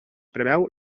preveu